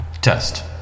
test